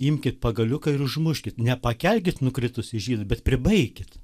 imkit pagaliuką ir užmuškit ne pakelkit nukritusį žydą bet pribaikit